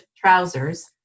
trousers